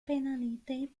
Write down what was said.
pénalité